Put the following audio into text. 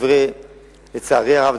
לצערי הרב,